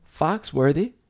Foxworthy